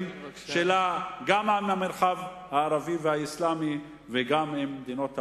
שלה גם עם המרחב הערבי והאסלאמי וגם עם מדינות העולם.